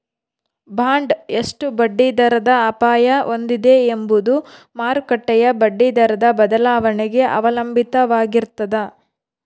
bond ಎಷ್ಟು ಬಡ್ಡಿದರದ ಅಪಾಯ ಹೊಂದಿದೆ ಎಂಬುದು ಮಾರುಕಟ್ಟೆಯ ಬಡ್ಡಿದರದ ಬದಲಾವಣೆಗೆ ಅವಲಂಬಿತವಾಗಿರ್ತದ